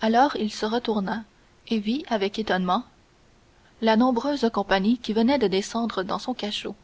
alors il se retourna et vit avec étonnement la nombreuse compagnie qui venait de descendre dans son cachot